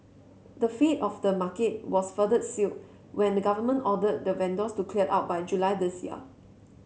the fate of the market was further sealed when the government ordered the vendors to clear out by July this year